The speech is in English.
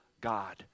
God